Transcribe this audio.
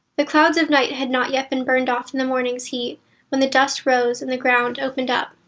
the clouds of night had not yet been burned off in the morning's heat when the dust rose and the ground opened up.